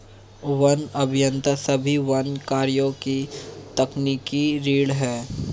one अभियंता सभी वन कार्यों की तकनीकी रीढ़ हैं